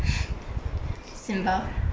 sian bah